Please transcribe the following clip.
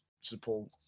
support